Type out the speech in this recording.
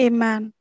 Amen